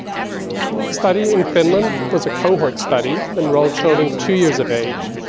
study in finland was a cohort study, enrolled children two years of age.